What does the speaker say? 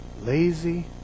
lazy